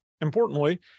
importantly